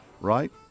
right